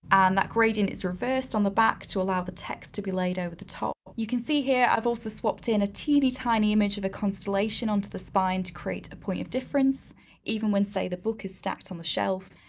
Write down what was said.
and that gradient is reversed on back to allow the text to be laid over the top. you can see here i've also swapped in a teeny tiny image of a constellation on to the spine to create a point of difference even when say the book is stacked on the shelf.